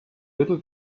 little